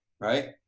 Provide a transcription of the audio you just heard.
right